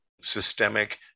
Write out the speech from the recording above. systemic